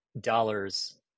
dollars